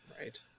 Right